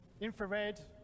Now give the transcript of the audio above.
infrared